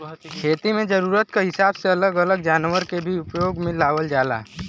खेती में जरूरत क हिसाब से अलग अलग जनावर के भी उपयोग में लावल जाला